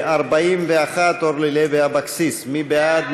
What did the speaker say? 41, אורלי לוי אבקסיס, מי בעד?